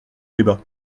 débat